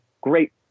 Great